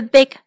Big